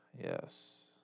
Yes